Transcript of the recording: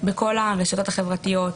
בכל הרשות החברתיות,